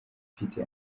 mfite